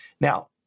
Now